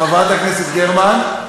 חברת הכנסת גרמן.